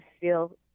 feel